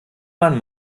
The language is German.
man